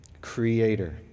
Creator